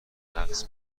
پرنقص